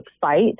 fight